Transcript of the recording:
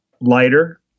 lighter